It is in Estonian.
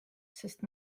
sest